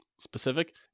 Specific